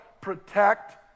protect